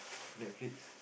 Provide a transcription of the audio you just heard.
Netflix